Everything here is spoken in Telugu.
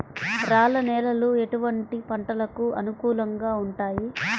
రాళ్ల నేలలు ఎటువంటి పంటలకు అనుకూలంగా ఉంటాయి?